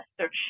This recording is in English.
search